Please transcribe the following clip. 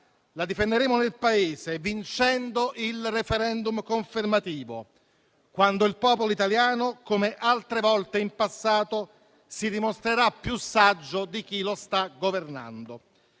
La difenderemo nel Paese vincendo il *referendum* confermativo, quando il popolo italiano, come altre volte in passato, si dimostrerà più saggio di chi lo sta governando.